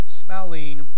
smelling